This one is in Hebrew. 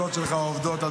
התחושות שלך עובדות.